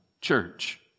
church